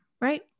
Right